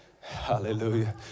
hallelujah